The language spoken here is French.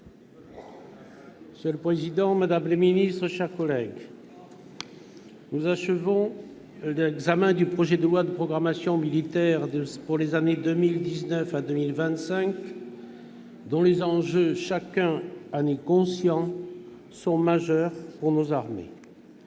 Monsieur le président, madame la ministre, mes chers collègues, nous achevons l'examen du projet de loi relatif à la programmation militaire pour les années 2019 à 2025, dont les enjeux, chacun en est conscient, sont majeurs pour nos armées.